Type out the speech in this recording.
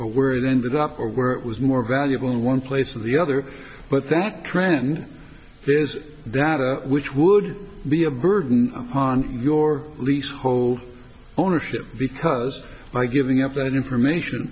are where it ended up or where it was more valuable in one place of the other but that trend is that which would be a burden on your lease home ownership because i've given up that information